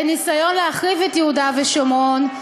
בניסיון להחריב את יהודה ושומרון,